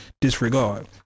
disregard